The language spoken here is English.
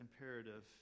imperative